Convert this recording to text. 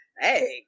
Hey